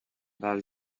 قرض